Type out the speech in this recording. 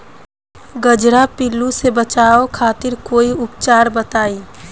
कजरा पिल्लू से बचाव खातिर कोई उपचार बताई?